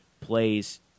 plays